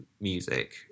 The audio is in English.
music